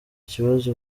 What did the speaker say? ikibazo